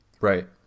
Right